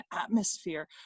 atmosphere